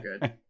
good